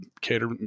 cater